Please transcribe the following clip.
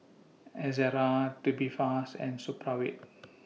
Ezerra Tubifast and Supravit